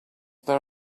there